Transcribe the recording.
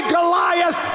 Goliath